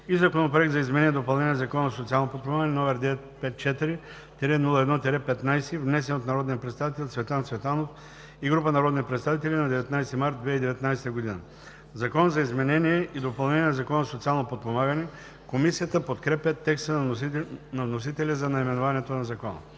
и Законопроект за изменение и допълнение на Закона за социално подпомагане, № 954-01-15, внесен от народния представител Цветан Цветанов и група народни представители на 19 март 2019 г. „Закон за изменение и допълнение на Закона за социално подпомагане“. Комисията подкрепя текста на вносителя за наименованието на Закона.